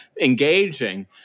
engaging